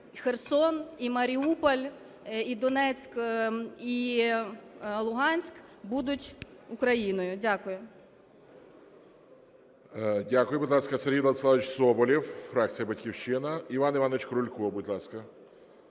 Херсон, і Маріуполь, і Донецьк, і Луганськ будуть Україною. Дякую.